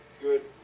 good